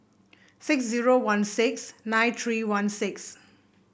six zero one six nine three one six